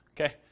Okay